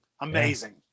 Amazing